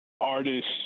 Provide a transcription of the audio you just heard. artists